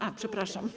A, przepraszam.